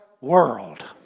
world